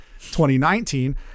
2019